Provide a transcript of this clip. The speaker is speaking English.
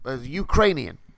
Ukrainian